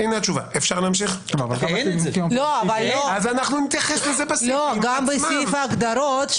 גם בסעיף ההגדרות,